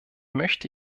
möchte